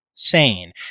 sane